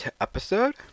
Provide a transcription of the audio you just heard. episode